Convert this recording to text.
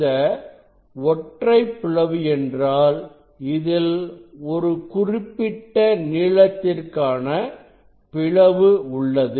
இந்த ஒற்றைப் பிளவு என்றாள் இதில் ஒரு குறிப்பிட்ட நீளத்திற்கான பிளவு உள்ளது